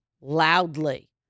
loudly